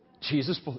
Jesus